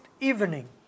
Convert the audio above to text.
evening